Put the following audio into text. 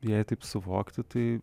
jei taip suvokti tai